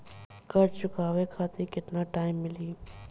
कर्जा चुकावे खातिर केतना टाइम मिली?